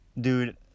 Dude